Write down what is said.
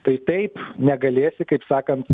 tai taip negalėsi kaip sakant